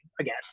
again